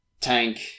tank